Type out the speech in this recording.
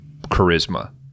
charisma